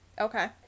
Okay